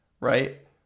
right